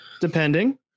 Depending